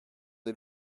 des